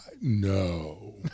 No